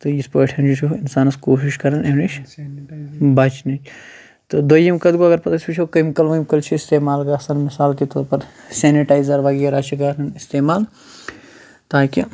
تہٕ یِتھ پٲٹھۍ یہِ چھُ اِنسانَس کوٗشِش کَران اَمہِ نِش بَچنِچ تہٕ دٔیِم کَتھ گو اگر پَتہٕ أسۍ وٕچھو کمِکٕل ومکٕل چھِ استعمال گژھن مِثال کے طور پَر سٮ۪نِٹایزَر وغیرہ چھِ استعمال تاکہِ